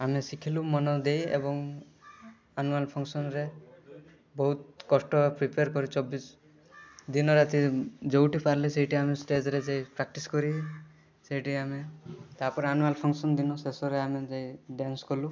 ଆମେ ଶିଖିଲୁ ମନ ଦେଇ ଏବଂ ଆନୁଆଲ୍ ଫଙ୍କସନ୍ରେ ବହୁତ କଷ୍ଟ ପ୍ରିପେୟାର କରି ଚବିଶ ଦିନ ରାତି ଯେଉଁଠି ପାରିଲୁ ସେଇଠି ଆମେ ଷ୍ଟେଜରେ ଯାଇ ପ୍ରାକ୍ଟିସ୍ କରି ସେଇଠି ଆମେ ତା'ପରେ ଆନୁଆଲ୍ ଫଙ୍କସନ୍ ଦିନ ଶେଷରେ ଆମେ ଯାଇ ଡ୍ୟାନ୍ସ କଲୁ